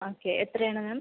okay എത്രയാണ് മാം